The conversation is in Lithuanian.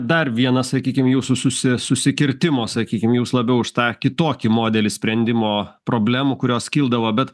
dar vienas sakykim jūsų susi susikirtimas sakykim jūs labiau už tą kitokį modelį sprendimo problemų kurios kildavo bet